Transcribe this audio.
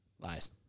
Lies